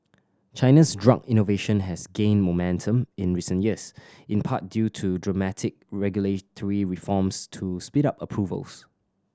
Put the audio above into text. China's drug innovation has gained momentum in recent years in part due to dramatic regulatory reforms to speed up approvals